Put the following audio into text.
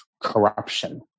corruption